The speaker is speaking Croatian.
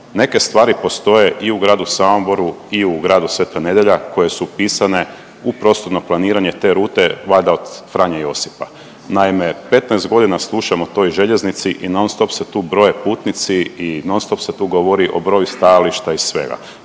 Neke stvari postoje i u gradu Samoboru i u gradu Sveta Nedelja koje su upisane u prostorno planiranje te rute valjda od Franje Josipa. Naime, 15 godina slušam o toj željeznici i non stop se tu broje putnici i non stop se tu govori o broju stajališta i svega,